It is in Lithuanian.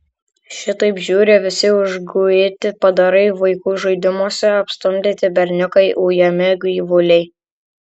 šitaip žiūri visi užguiti padarai vaikų žaidimuose apstumdyti berniukai ujami gyvuliai